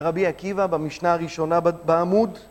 רבי עקיבא במשנה הראשונה בעמוד